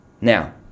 Now